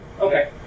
Okay